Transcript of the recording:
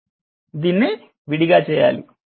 దీన్ని విడిగా చేయాలి